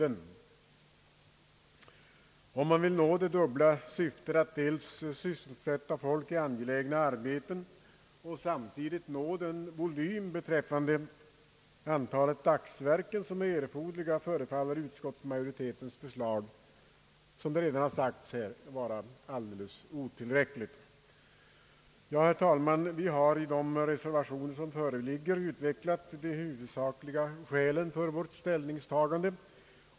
Om man då vill nå det dubbla syftet att dels sysselsätta folk i angelägna arbeten och dels nå den volym beträffande antalet dagsverken som är erforderlig, förefaller utskottets förslag, som redan sagts, vara alldeles otillräckligt. Herr talman! Vi har i vår reservation utvecklat de huvudsakliga skälen för vårt ställningstagande.